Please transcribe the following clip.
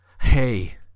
Hey